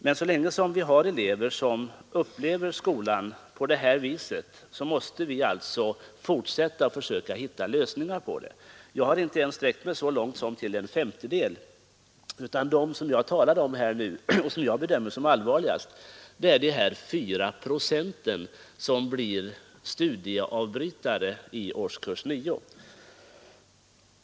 Men så länge vi har elever som upplever skolan på det här viset måste vi fortsätta att försöka hitta lösningar. Jag har inte ens sträckt mig så långt som till en femtedel, utan det som jag talade om och som jag bedömer som allvarligast är de fyra procenten, som blir studieavbrytare i årskurs nio.